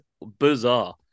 bizarre